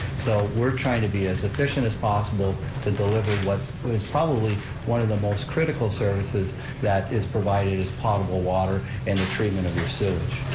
so, we're trying to be as efficient as possible to deliver what is probably one of the most critical services that is provided is potable water and the treatment of your sewage.